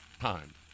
time